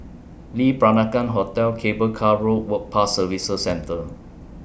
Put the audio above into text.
Lee Peranakan Hotel Cable Car Road Work Pass Services Centre